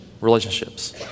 relationships